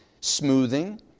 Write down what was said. smoothing